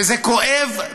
וזה כואב,